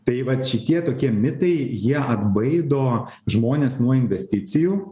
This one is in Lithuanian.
tai vat šitie tokie mitai jie atbaido žmones nuo investicijų